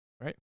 right